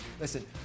listen